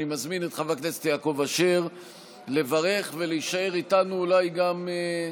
אני מזמין את חבר הכנסת יעקב אשר לברך ולהישאר איתנו אולי גם,